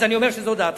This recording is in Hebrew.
אז אני אומר שזאת דעתך?